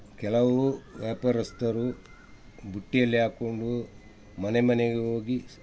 ಕೆಲವು ವ್ಯಾಪಾರಸ್ಥರು ಬುಟ್ಟಿಯಲ್ಲಿ ಹಾಕ್ಕೊಂಡು ಮನೆ ಮನೆಗೆ ಹೋಗಿ